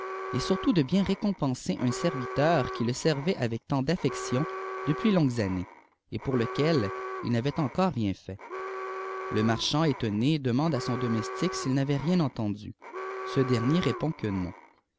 et rtotitdebien récompenser un serviteur qui le servait avec tant d'affection depuis longues années et pour lequel il n'avait encore rien fait le marchand étonné demande à son domotique s'il n'avait rien entendu ce dernier répond que non